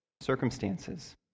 circumstances